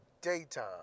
daytime